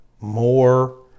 more